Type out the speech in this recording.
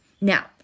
Now